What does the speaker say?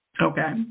Okay